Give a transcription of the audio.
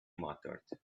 muttered